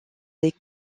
des